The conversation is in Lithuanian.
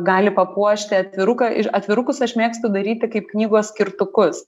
gali papuošti atviruką ir atvirukus aš mėgstu daryti kaip knygos skirtukus